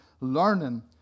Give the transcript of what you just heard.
learning